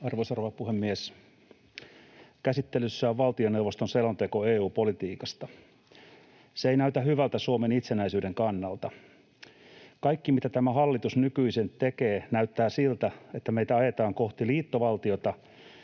Arvoisa rouva puhemies! Käsittelyssä on valtioneuvoston selonteko EU-politiikasta. Se ei näytä hyvältä Suomen itsenäisyyden kannalta. Kaikki, mitä tämä hallitus nykyisin tekee, näyttää siltä, että meitä ajetaan kohti liittovaltiota,